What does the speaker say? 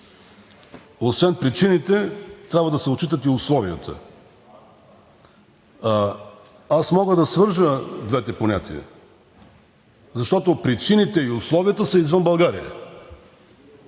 освен причините трябва да се отчитат и условията. Аз мога да свържа двете понятия, защото причините и условията са извън България.